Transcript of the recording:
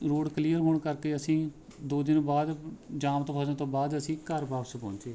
road clear ਹੋਣ ਕਰਕੇ ਅਸੀਂ ਦੋ ਦਿਨ ਬਾਅਦ ਜਾਮ ਤੋਂ ਫਸਣ ਤੋਂ ਬਾਅਦ ਅਸੀਂ ਘਰ ਵਾਪਸ ਪਹੁੰਚੇ